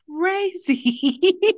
crazy